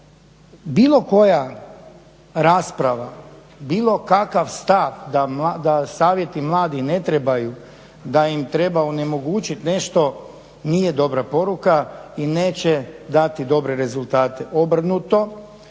bilo koja rasprava, bilo kakav stav da Savjeti mladih ne trebaju, da im treba onemogućiti nešto, nije dobra poruka i neće dati dobre rezultate. Obrnuto,